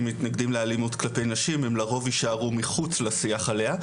מתנגדים לאלימות כלפי נשים הם לרוב יישארו מחוץ לשיח עליה,